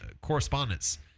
correspondence